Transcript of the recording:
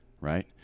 right